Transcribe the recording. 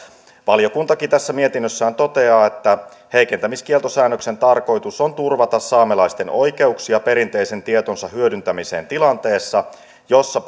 valiokuntakin tässä mietinnössään toteaa että heikentämiskieltosäännöksen tarkoitus on turvata saamelaisten oikeuksia perinteisen tietonsa hyödyntämiseen tilanteessa jossa